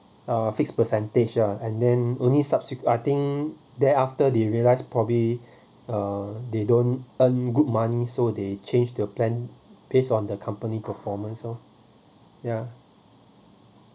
uh fixed percentage ya and then only subs~ I think they're after they realise probably uh they don't earn good money so they change the plan based on the company performance lor ya